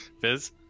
Fizz